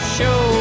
show